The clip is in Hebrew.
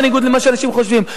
בניגוד למה שאנשים חושבים.